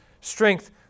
strength